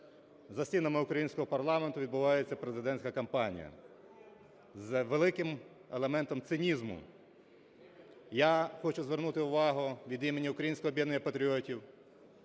за стінами українського парламенту відбувається президентська кампанія з великим елементом цинізму. Я хочу звернути увагу від імені Українського об'єднання патріотів,